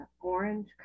orange